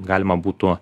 galima būtų